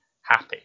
happy